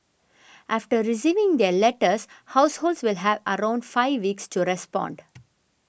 after receiving their letters households will have around five weeks to respond